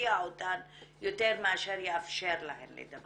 וירתיע אותן יותר מאשר יאפשר להן לדבר.